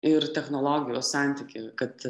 ir technologijos santykį kad